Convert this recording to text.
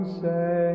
say